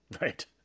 Right